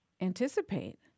anticipate